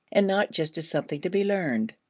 and not just as something to be learned.